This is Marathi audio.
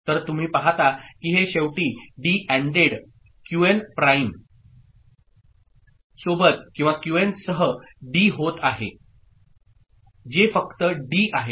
तर तुम्ही पाहता की हे शेवटी डी ANDed क्यूएन प्राईम सोबत किंवा क्यूएन सह डी होत आहे जे फक्त डी आहे